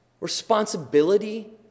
responsibility